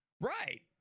Right